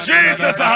Jesus